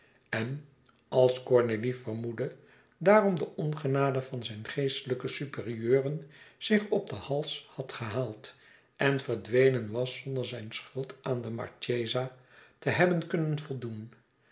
en als cornélie vermoedde daarom de ongenade van zijn geestelijke superieuren zich op den hals had gehaald en verdwenen was zonder zijn schuld aan de marchesa te hebben kunnen voldoen